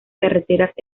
carreteras